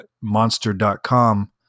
monster.com